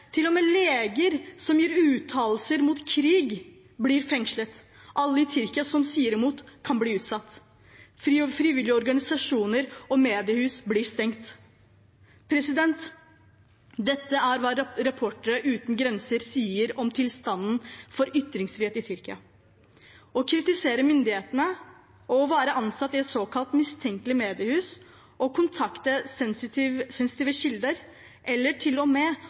leger som gir uttalelser mot krig, blir fengslet. Alle i Tyrkia som sier imot, kan bli utsatt. Frivillige organisasjoner og mediehus blir stengt. Dette er hva Reportere uten grenser sier om tilstanden for ytringsfrihet i Tyrkia. Å kritisere myndighetene og å være ansatt i et såkalt mistenkelig mediehus og kontakte sensitive kilder – eller